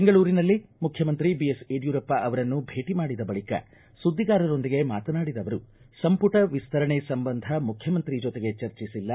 ಬೆಂಗಳೂರಿನಲ್ಲಿ ಮುಖ್ಯಮಂತ್ರಿ ಬಿಎಸ್ ಯಡಿಯೂರಪ್ಪ ಅವರನ್ನು ಭೇಟಿ ಮಾಡಿದ ಬಳಿಕ ಸುದ್ದಿಗಾರರೊಂದಿಗೆ ಮಾತನಾಡಿದ ಅವರು ಸಂಪುಟ ವಿಸ್ತರಣೆ ಸಂಬಂಧ ಮುಖ್ಯಮಂತ್ರಿ ಜೊತೆಗೆ ಚರ್ಚಿಸಿಲ್ಲ